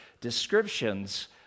descriptions